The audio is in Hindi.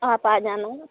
आप आ जाना